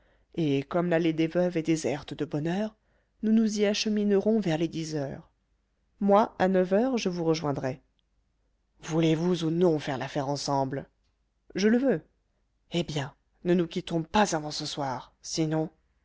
et comme l'allée des veuves est déserte de bonne heure nous nous y acheminerons vers les dix heures moi à neuf heures je vous rejoindrai voulez-vous ou non faire l'affaire ensemble je le veux eh bien ne nous quittons pas avant ce soir sinon